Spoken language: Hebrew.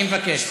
אני מבקש.